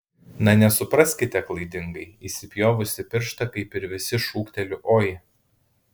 na nesupraskite klaidingai įsipjovusi pirštą kaip ir visi šūkteliu oi